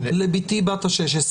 לביתי בת ה-16,